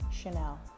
Chanel